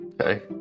Okay